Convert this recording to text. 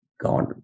God